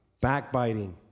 backbiting